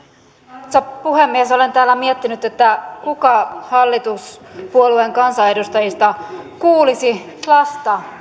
arvoisa puhemies olen täällä miettinyt että kuka hallituspuolueen kansanedustajista kuulisi lasta